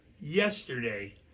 Yesterday